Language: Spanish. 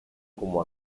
como